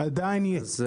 עדיין יש.